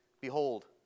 Behold